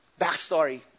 Backstory